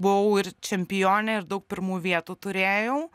buvau ir čempionė ir daug pirmų vietų turėjau